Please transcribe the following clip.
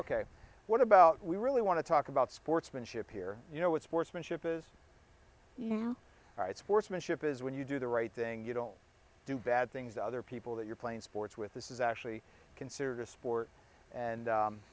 ok what about we really want to talk about sportsmanship here you know what sportsmanship is right sportsmanship is when you do the right thing you don't do bad things other people that you're playing sports with this is actually considered a sport and